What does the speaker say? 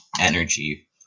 energy